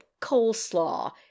coleslaw